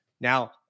Now